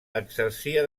exercia